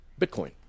Bitcoin